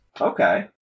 Okay